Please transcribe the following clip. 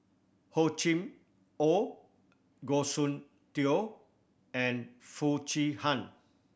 Hor Chim Or Goh Soon Tioe and Foo Chee Han